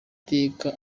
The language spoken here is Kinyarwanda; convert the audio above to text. iteka